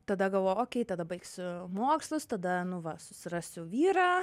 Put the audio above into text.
tada galvojau okei tada baigsiu mokslus tada nu va susirasiu vyrą